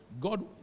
God